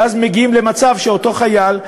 ואז מגיעים למצב שאותו חייל,